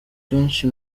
kenshi